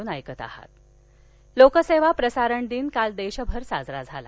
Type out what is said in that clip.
लोकसेवा प्रसारण लोक सेवा प्रसारण दिन काल देशभर साजरा झाला